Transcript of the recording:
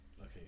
Okay